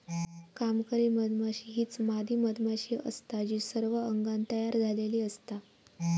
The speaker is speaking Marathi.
कामकरी मधमाशी हीच मादी मधमाशी असता जी सर्व अंगान तयार झालेली असता